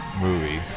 movie